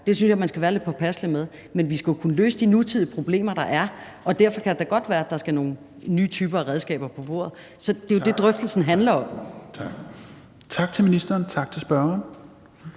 det synes jeg man skal være lidt påpasselig med. Men vi skal jo kunne løse de nutidige problemer, der er, og derfor kan det da godt være, at der skal nogle nye typer redskaber på bordet. Så det er jo det, drøftelsen handler om. Kl. 16:04 Fjerde næstformand